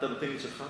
אתה נותן לי את שלך?